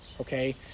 Okay